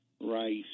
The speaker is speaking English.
rice